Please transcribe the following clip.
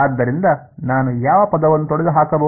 ಆದ್ದರಿಂದ ನಾನು ಯಾವ ಪದವನ್ನು ತೊಡೆದುಹಾಕಬಹುದು